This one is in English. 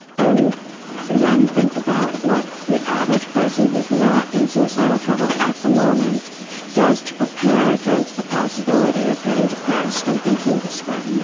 and then think about what the average person who's not in suicidal trouble at the moment does to prepare against the possibility of getting depressed and thinking this way